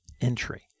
entry